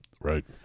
Right